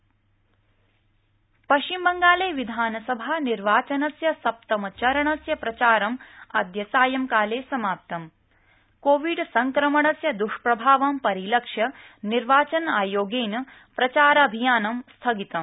पश्चिम बंगाल पश्चिम बंगालब्रिधानसभानिर्वाचनस्य सप्तचरणस्य प्रचार अद्य सायंकालब्रिमाप्त कोविड संक्रमणस्य द्वष्प्रभावं परिलक्ष्य निर्वाचन आयोगई प्रचार अभियानम् स्थगितम्